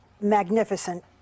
magnificent